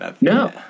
no